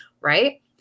right